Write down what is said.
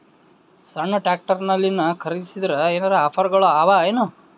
ಸಣ್ಣ ಟ್ರ್ಯಾಕ್ಟರ್ನಲ್ಲಿನ ಖರದಿಸಿದರ ಏನರ ಆಫರ್ ಗಳು ಅವಾಯೇನು?